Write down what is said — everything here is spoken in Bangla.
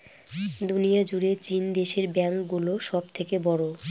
দুনিয়া জুড়ে চীন দেশের ব্যাঙ্ক গুলো সব থেকে বড়ো